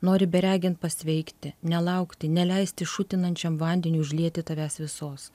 nori beregint pasveikti nelaukti neleisti šutinančiam vandeniu užlieti tavęs visos